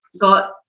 got